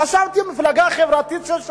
חשבתי שמפלגה חברתית כמו ש"ס,